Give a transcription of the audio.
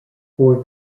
for